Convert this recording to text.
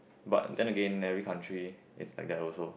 but then again every country is like that also